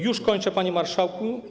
Już kończę, panie marszałku.